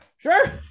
Sure